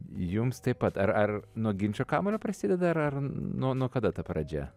jums taip pat ar ar nuo ginčo kamuolio prasideda ar nuo kada ta pradžia